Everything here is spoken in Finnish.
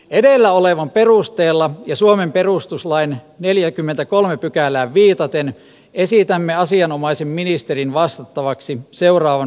edellä olevan perusteella ja suomen perustuslain neljäkymmentäkolme pykälä viitaten esitämme asianomaisen ministerin vastattavaksi seuraavan